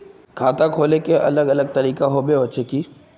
खाता खोले के अलग अलग तरीका होबे होचे की?